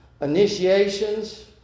initiations